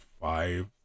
five